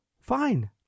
Fine